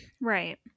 Right